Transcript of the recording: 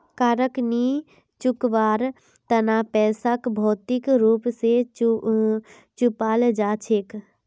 कारक नी चुकवार तना पैसाक भौतिक रूप स चुपाल जा छेक